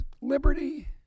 liberty